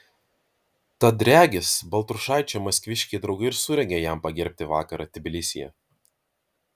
tad regis baltrušaičio maskviškiai draugai ir surengė jam pagerbti vakarą tbilisyje